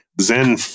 Zen